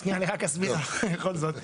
שנייה, אני רק אסביר בכל זאת.